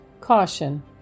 CAUTION